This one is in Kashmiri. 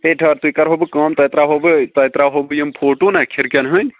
ہے ٹھٕہر تُہۍ کر ہو بہٕ کٲم تۄہہِ تراو ہو بہٕ تۄہہِ تراو ہو بہٕ یِم فوٹو نہ کھرکٮ۪ن ہٕنٛدۍ